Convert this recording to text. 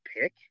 pick